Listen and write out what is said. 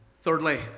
Thirdly